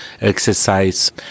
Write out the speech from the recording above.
exercise